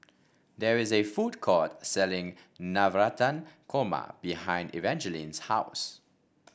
there is a food court selling Navratan Korma behind Evangeline's house